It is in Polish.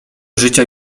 życia